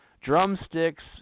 drumsticks